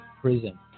prison